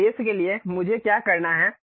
उस उद्देश्य के लिए मुझे क्या करना है